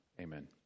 Amen